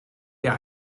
der